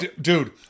Dude